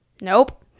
nope